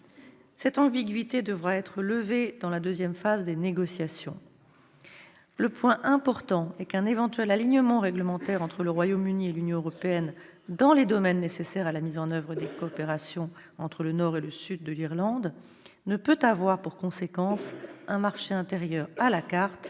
Cette ambiguïté devra être levée au cours de la deuxième phase de négociation. Le point important est qu'un éventuel alignement réglementaire entre le Royaume-Uni et l'Union européenne dans les domaines nécessaires à la mise en oeuvre des coopérations entre le nord et le sud de l'Irlande ne peut avoir pour conséquence un marché intérieur à la carte